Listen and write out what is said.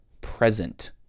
present